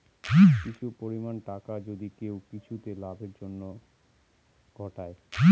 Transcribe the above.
কিছু পরিমাণ টাকা যদি কেউ কিছুতে লাভের জন্য ঘটায়